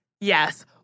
Yes